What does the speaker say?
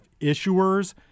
issuers